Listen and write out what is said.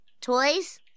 toys